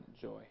joy